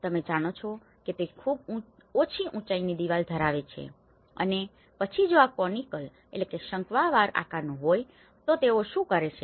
તમે જાણો છો કે તે ખૂબ ઓછી ઉચાઇની દિવાલ ધરાવે છે અને પછી જો આ કોનિકલconicalશંક્વાકાર આકારનું હોઈ તો તેઓ શું કરે છે